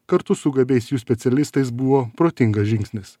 kartu su gabiais jų specialistais buvo protingas žingsnis